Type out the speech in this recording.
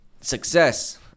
success